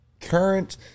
current